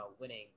winning